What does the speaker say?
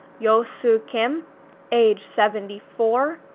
you ah su kim age seventy four,